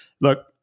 Look